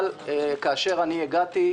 אבל כאשר הגעתי,